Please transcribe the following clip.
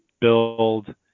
build